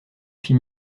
fit